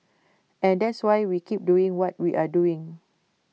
and that's why we keep doing what we're doing